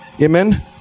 Amen